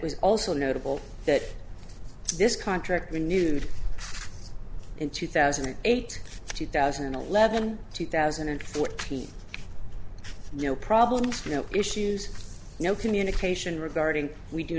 was also notable that this contract renewed in two thousand and eight two thousand and eleven two thousand and fourteen no problems no issues no communication regarding we do